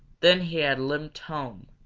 then he had limped home,